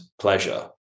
pleasure